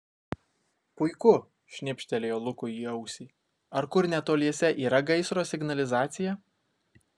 puiku šnibžtelėjo lukui į ausį ar kur netoliese yra gaisro signalizacija